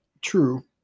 True